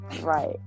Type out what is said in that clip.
Right